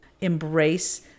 embrace